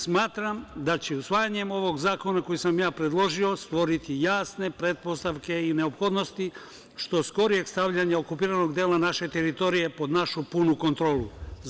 Smatram da će usvajanjem ovog zakona, koji sam ja predložio, stvoriti jasne pretpostavke i neophodnosti što skorijeg stavljanja okupiranog dela naše teritorije pod našu punu kontrolu.